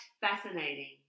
fascinating